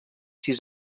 sis